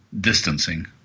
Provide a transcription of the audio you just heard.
distancing